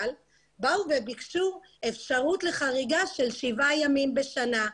אבל באו וביקשו אפשרות לחריגה של שבעה ימים בשנה.